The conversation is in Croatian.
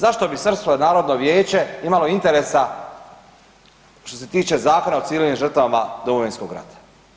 Zašto bi Srpsko narodno vijeće imali interesa što se tiče Zakona o civilnim žrtvama Domovinskog rata?